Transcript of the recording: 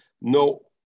no